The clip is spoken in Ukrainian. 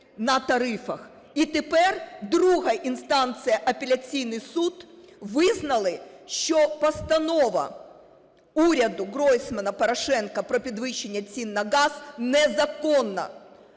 І тепер друга інстанція – апеляційний суд - визнали, що Постанова уряду Гройсмана-Порошенка про підвищення цін на газ незаконна,